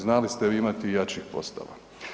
Znali s te vi imati i jačih postava.